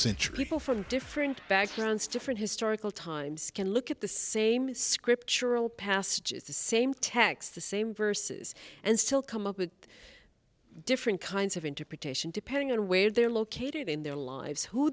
century people from different backgrounds different historical times can look at the same scriptural passages the same texts the same verses and still come up with different kinds of interpretation depending on where they're located in their lives who